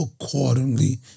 accordingly